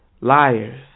liars